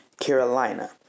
Carolina